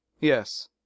yes